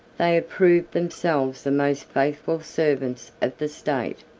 they approved themselves the most faithful servants of the state.